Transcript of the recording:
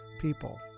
people